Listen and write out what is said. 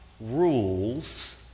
rules